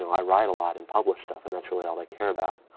and i write a lot and publish stuff and that's really all they care about.